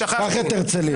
קח את הרצליה.